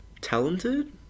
talented